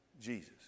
Jesus